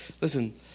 Listen